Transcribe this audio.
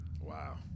Wow